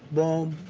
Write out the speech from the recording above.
boom,